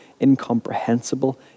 incomprehensible